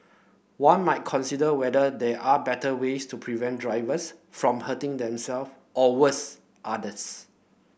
one might consider whether there are better ways to prevent drivers from hurting themself or worse others